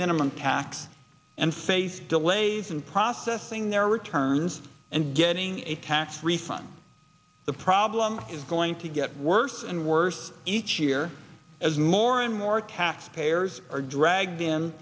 minimum tax and face delays in processing their returns and getting a tax refund the problem is going to get worse and worse each year as more and more tax payers are drag